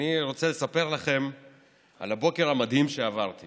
אני רוצה לספר לכם על הבוקר המדהים שעברתי